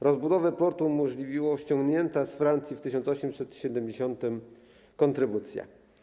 Rozbudowę portu umożliwiła ściągnięta z Francji w 1870 r. kontrybucja.